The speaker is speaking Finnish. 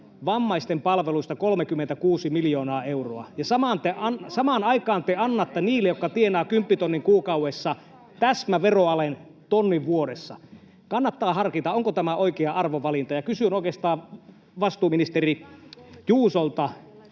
vammaisten palveluista 36 miljoonaa euroa, ja samaan aikaan te annatte niille, jotka tienaavat kymppitonnin kuukaudessa, täsmäveroalen, tonnin vuodessa. Kannattaa harkita: onko tämä oikea arvovalinta? Kysyn tätä oikeastaan vastuuministeri Juusolta.